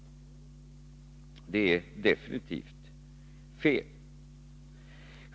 Det är definitivt fel.